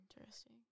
interesting